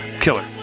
Killer